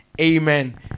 Amen